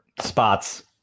spots